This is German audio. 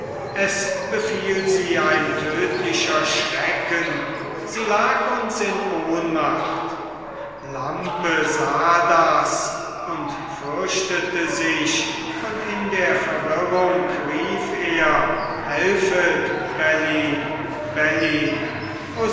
es befiel sie ein tödlicher schrecken sie lag uns in ohnmacht lampe sah das und fürchtete sich und in der verwirrung rief er helfet bellyn bellyn